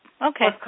Okay